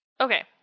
Okay